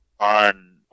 On